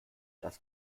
das